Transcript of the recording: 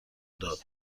داد